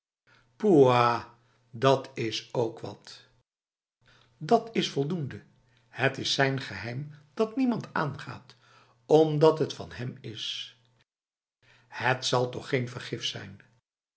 poeah dat is ook wat dat is voldoende het is zijn geheim dat niemand aangaat omdat het van hem is het zal toch geen vergif zijn